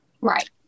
Right